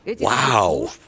wow